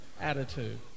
attitude